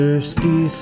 Thirsty